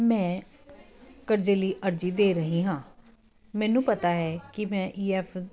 ਮੈਂ ਕਰਜੇ ਲਈ ਅਰਜੀ ਦੇ ਰਹੀ ਹਾਂ ਮੈਨੂੰ ਪਤਾ ਹੈ ਕਿ ਮੈਂ ਈਐਫ